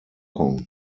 kong